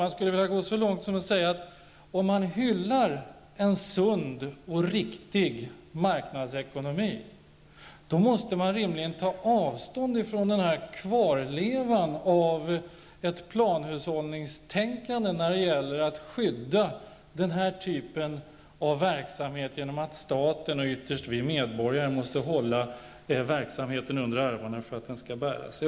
Jag skulle vilja gå så långt som att säga att om man hyllar en sund och riktig marknadsekonomi, måste man rimligen ta avstånd från denna kvarleva av ett planhushållningstänkande när det gäller att skydda den här typen av verksamhet genom att staten och ytterst medborgaren måste hålla verksamheten under armarna för att den skall bära sig.